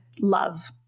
love